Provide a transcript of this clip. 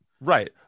right